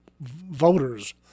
voters